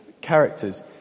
characters